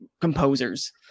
composers